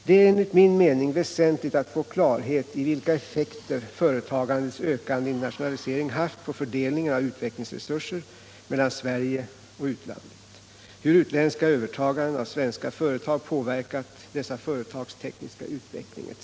Det är enligt Fredagen den min mening väsentligt att få klarhet i vilka effekter företagandets ökade 11 november 1977 internationalisering haft på fördelningen av utvecklingsresurser mellan Sverige och utlandet, hur utländska övertaganden av svenska företag Om behovet av påverkat dessa företags tekniska utveckling etc.